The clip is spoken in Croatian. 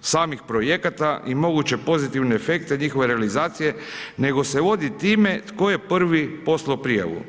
samih projekata i moguće pozitivne efekte njihove realizacije, nego se vodi time tko je prvi poslao prijavu.